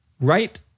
right